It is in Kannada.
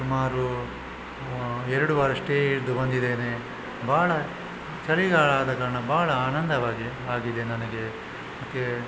ಸುಮಾರು ಎರಡು ವಾರ ಸ್ಟೇ ಇದ್ದು ಬಂದಿದ್ದೇನೆ ಭಾಳ ಚಳಿಗಾಲ ಆದ ಕಾರಣ ಬಹಳ ಆನಂದವಾಗಿ ಆಗಿದೆ ನನಗೆ ಅದಕ್ಕೆ